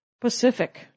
Pacific